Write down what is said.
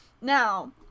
Now